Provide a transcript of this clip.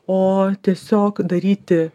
o tiesiog daryti